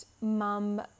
Mum